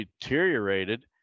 deteriorated